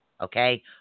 Okay